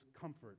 comfort